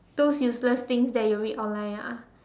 those useless things that you read online ah